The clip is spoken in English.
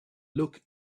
look